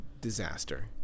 disaster